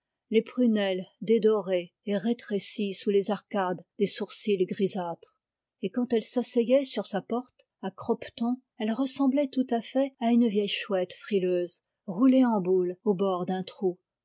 les prunelles dédorées et rétrécies sous les arcades des sourcils grisâtres et quand elle s'asseyait sur la porte à croppetons elle ressemblait tout à fait à une vieille chouette frileuse roulée en boule au bord d'un trou